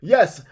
Yes